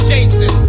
Jason